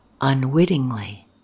unwittingly